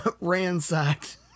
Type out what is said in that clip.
ransacked